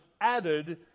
added